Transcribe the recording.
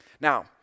Now